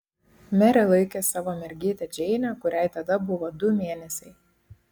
merė laikė savo mergytę džeinę kuriai tada buvo du mėnesiai